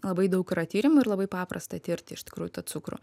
labai daug yra tyrimų ir labai paprasta tirti iš tikrųjų tą cukrų